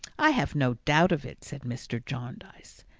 i have no doubt of it, said mr. jarndyce.